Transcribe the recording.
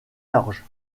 large